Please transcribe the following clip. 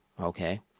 Okay